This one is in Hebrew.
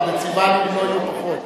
הוא, בחוק.